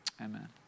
amen